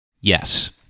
Yes